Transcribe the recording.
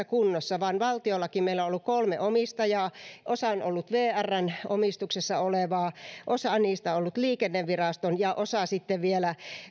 kunnossa valtiollakin meillä on ollut kolme omistajaa osa on ollut vrn omistuksessa olevaa osa niistä on ollut liikenneviraston ja osa sitten vielä